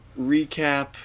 recap